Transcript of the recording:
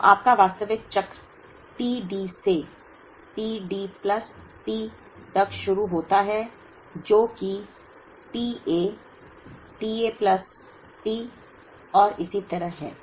तो आपका वास्तविक चक्र t D से t D प्लस T तक शुरू होता है जो कि t A t A plus T और इसी तरह है